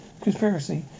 Conspiracy